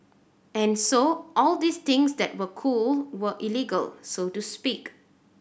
and so all these things that were cool were illegal so to speak